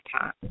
time